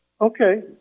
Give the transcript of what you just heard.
okay